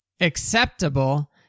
acceptable